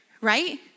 right